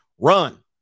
run